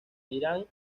irán